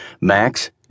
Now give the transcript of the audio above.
Max